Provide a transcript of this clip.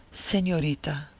senorita,